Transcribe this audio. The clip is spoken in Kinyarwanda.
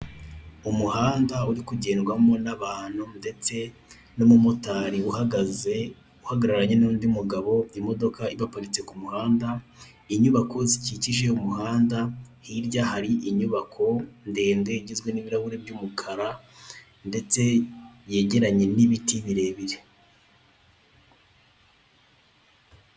Umuhanda uri kugendwamo n'abantu ndetse n'umumotari uhagaze uhagararanye n'undi mugabo imodoka ibaparitse ku muhanda inyubako zikikije umuhanda hirya hari inyubako ndende igizwe n'ibirahure by'umukara ndetse yegeranye n'ibiti birebire.